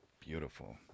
Beautiful